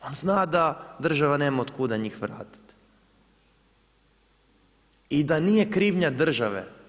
On zna da država nema otkuda njih vratiti i da nije krivnja države.